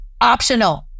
optional